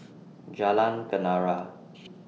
Jalan Kenarah